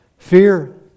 Fear